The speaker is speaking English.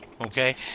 okay